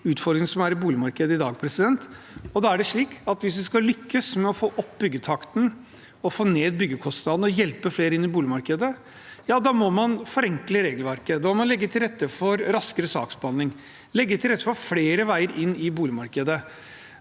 utfordringene som er i boligmarkedet i dag. Da er det slik at hvis vi skal lykkes med å få opp byggetakten, få ned byggekostnadene og hjelpe flere inn i boligmarkedet, må man forenkle regelverket. Da må man legge til rette for raskere saksbehandling og flere veier inn i boligmarkedet.